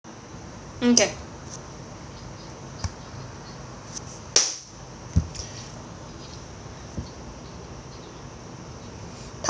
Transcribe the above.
okay